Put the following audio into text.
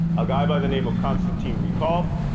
a guy by the name of konstantin rykov,